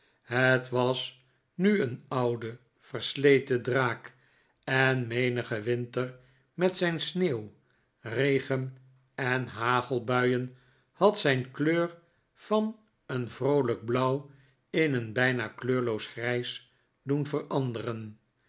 het was nu een oude versleten draak en meriige winter met zijn sneeuw regen en hagelbuien had zijn kleur van een vroolijk blauw in een bijna kleurloos grijs doen veranderen